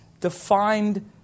defined